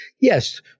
Yes